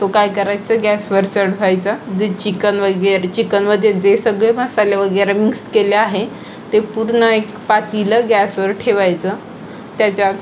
तो काय करायचा गॅसवर चढवायचा जे चिकन वगैरे चिकनमध्ये जे सगळे मसाले वगैरे मिक्स केले आहे ते पूर्ण एक पातेलं गॅसवर ठेवायचं त्याच्या